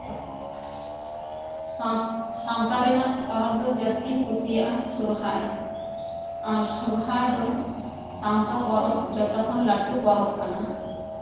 ᱥᱟᱶᱛᱟ ᱨᱮᱱᱟᱜ ᱯᱚᱨᱚᱵ ᱫᱚ ᱡᱟᱹᱥᱛᱤᱧ ᱠᱩᱥᱤᱭᱟᱜᱼᱟ ᱥᱚᱨᱦᱟᱭ ᱟᱨ ᱥᱟᱨᱦᱟᱭ ᱫᱚ ᱥᱟᱶᱛᱟ ᱯᱚᱨᱚᱵ ᱡᱚᱛᱚ ᱠᱷᱚᱱ ᱞᱟᱹᱴᱩ ᱯᱚᱨᱚᱵ ᱠᱟᱱᱟ